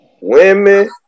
women